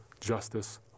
justice